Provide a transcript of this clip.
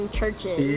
churches